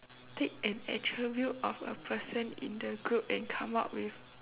take an attribute of a person in the group and come up with